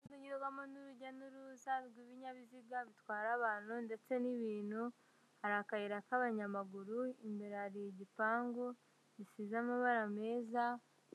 Umuhanda unyurwamo n'urujya n'uruza rw'ibinyabiziga bitwara abantu ndetse n'ibintu, hari akayira k'abanyamaguru, imbere hari igipangu gisize amabara meza